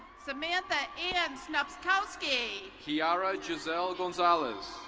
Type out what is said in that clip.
samantha n snubskowski. kiara jizelle gonzales.